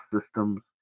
systems